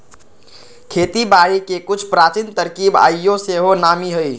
खेती बारिके के कुछ प्राचीन तरकिब आइयो सेहो नामी हइ